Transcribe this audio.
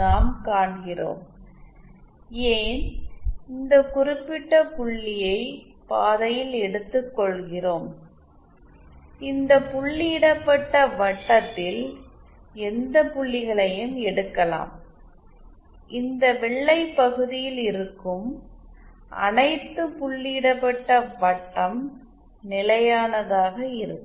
நாம் காண்கிறோம் ஏன் இந்த குறிப்பிட்ட புள்ளியை பாதையில் எடுத்துக்கொள்கிறோம் இந்த புள்ளியிடப்பட்ட வட்டத்தில் எந்த புள்ளிகளையும் எடுக்கலாம் இந்த வெள்ளை பகுதியில் இருக்கும் அனைத்து புள்ளியிடப்பட்ட வட்டம் நிலையானதாக இருக்கும்